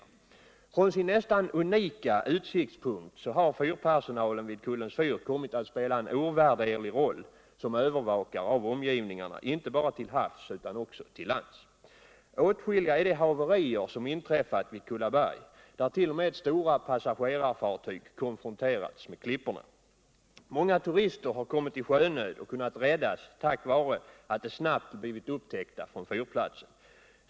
3 Om bemanningen vid Kullens fyr Från sin nästan unika ttsiktspunkt har fyrpersonalen vid Kullens fyr kommit alt spela en ovärderlig roll som övervakare av omgivningarna, inte bara till havs utan också till lands. Åtskilliga är de haverier som inträffar vid Kullaberg där t.o.m. stora passagerarfartyg konfronterats med klipporna. Många turister har kommit i sjönöd och kunnat räddas tack vare att de snabbt har blivit upptäckta från fyrplatsen.